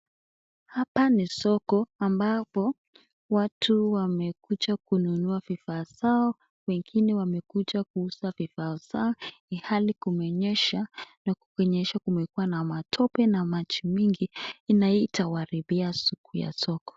Hapa ni soko ambapo watu wamekucha kununua vivaa zao wengine wamekucha kuuza vivoo zao ilhali kumenyesha na kumekuea na matope na maji mingi itawaharibia siku ya soko.